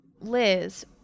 Liz